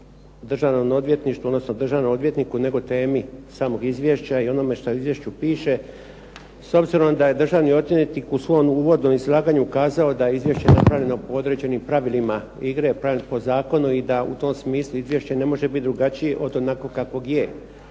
državnom odvjetniku nego temi samog izvješća i onome što u izvješću piše. S obzirom da je državni odvjetnik u svom uvodnom izlaganju kazao da je izvješće napravljeno po određenim pravilima igre, po zakonu i da u tom smislu izvješće ne može biti drugačije od onakvog kakvo je,